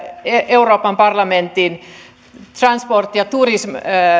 euroopan parlamentin transport and tourism